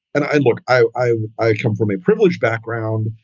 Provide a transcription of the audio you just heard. and i look, i i come from a privileged background,